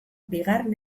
bigarren